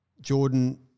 Jordan